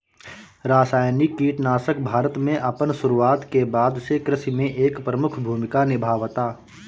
रासायनिक कीटनाशक भारत में अपन शुरुआत के बाद से कृषि में एक प्रमुख भूमिका निभावता